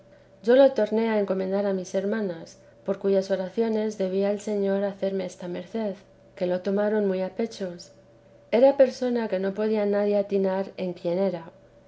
yo lo torné a encomendar a mis hermanas por cuyas oraciones debía el señor hacerme esta merced que lo tomaron muy a pechos era persona que no podía nadie atinar en quién era